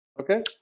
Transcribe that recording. Okay